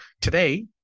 today